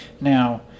Now